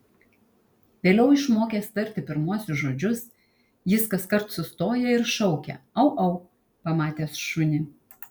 vėliau išmokęs tarti pirmuosius žodžius jis kaskart sustoja ir šaukia au au pamatęs šunį